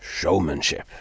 Showmanship